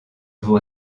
vous